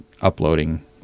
uploading